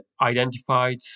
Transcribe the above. identified